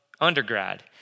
undergrad